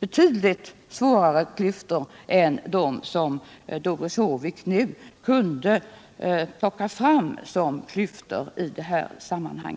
betydligt svårare klyftor än de som Doris Håvik nu kunde peka på i detta sammanhang.